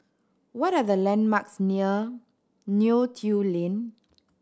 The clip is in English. what are the landmarks near Neo Tiew Lane